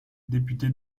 député